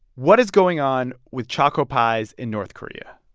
what is going on with choco pies in north korea?